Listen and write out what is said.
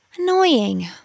Annoying